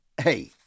hey